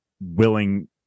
willing